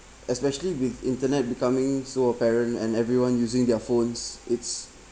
especially with internet becoming so apparent and everyone using their phones it's